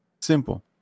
simple